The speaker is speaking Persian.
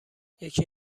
یکی